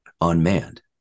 unmanned